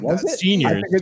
seniors